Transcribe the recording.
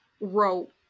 wrote